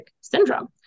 syndrome